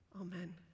Amen